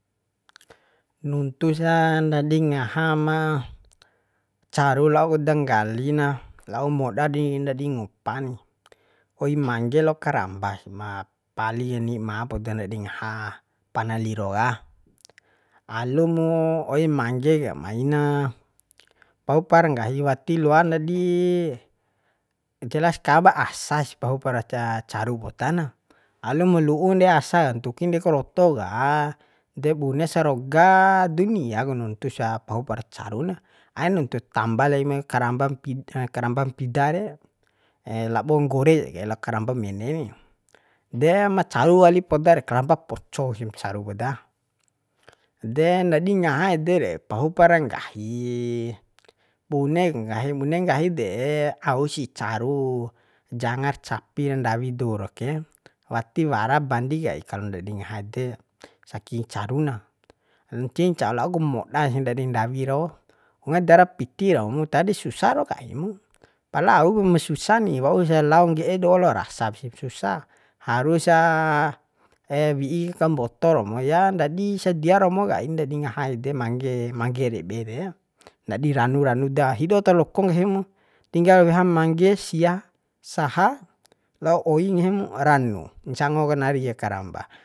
Nuntusa ndadi ngaha ma caru laoku da nggali na lao moda di ndadi ngupa ni oi mangge lao karamba si ma paling ni'ma poda ndadi ngaha pana liri ka alumu oi mangge ke maina pahupar nggahi wati loan ndadi jelaskan ba asa pahupara cacaru poda na alu mu lu'un dei asa ntukin dei karotoka de bunes saroga dunia ku nuntusa pahupara caru na ain nuntu tamba lim karamba mpida karamba mpida re labo nggore lo kai karamba mene ni de macaru wali poda re karamba poco sih macaru poda de ndadi ngaha ede re pahupara nggahi bune nggahimu bune nggahi de ausi caru jangar capi ndawi dou ro ke wati warabandi kai kalo ndadi ngaha de saking caru na ncihi ncaon la'o kumodan ndadi ndawi rau unga dawara piti raumu tiara di susa rau kaimu pala au pu ma susah ni waursa lao ngge'e do'o lao rasap sim susah harusa wi'i kamboto romo ya ndadi sadia romo kai ndadi ngaha ede mangge mangge rebe de ndadi ranu ranu da hido taho loko nggahi mu tinggal weha mangge sia saha la'o oi ngahi mu ranu ncango kanari karamba